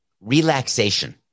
relaxation